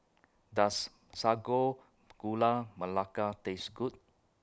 Does Sago Gula Melaka Taste Good